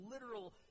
literal